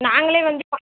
நாங்களே வந்து பா